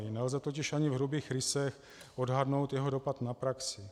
Nelze totiž ani v hrubých rysech odhadnout jeho dopad na praxi.